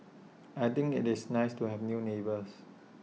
I think IT is nice to have new neighbours